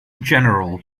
general